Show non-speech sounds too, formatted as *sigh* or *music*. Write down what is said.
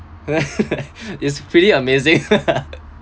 *laughs* is pretty amazing